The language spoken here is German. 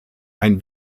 ein